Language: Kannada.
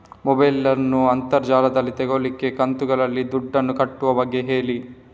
ಮೊಬೈಲ್ ನ್ನು ಅಂತರ್ ಜಾಲದಲ್ಲಿ ತೆಗೋಲಿಕ್ಕೆ ಕಂತುಗಳಲ್ಲಿ ದುಡ್ಡನ್ನು ಕಟ್ಟುವ ಬಗ್ಗೆ ಹೇಳಿ